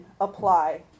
apply